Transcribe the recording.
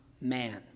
man